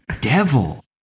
devil